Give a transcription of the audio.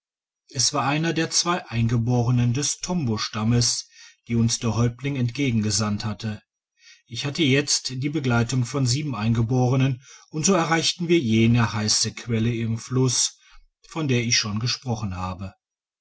es war einer der zwei eingeborenen des tombo stammes die uns der häuptling entgegengesandt hatte ich hatte jetzt die begleitung von eingeborenen und so erreichten wir jene heisse quelle im fluss von der ich schon gesprochen habe